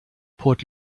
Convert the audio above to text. port